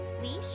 leash